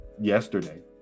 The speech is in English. yesterday